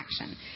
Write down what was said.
action